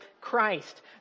Christ